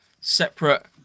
separate